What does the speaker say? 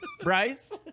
Bryce